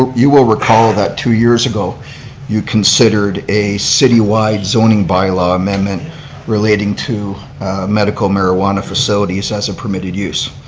um you will recall that two years ago you considered a city wide zoning bylaw amendment relating to medical marijuana facilities as a permitted use.